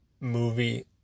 movie